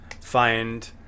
find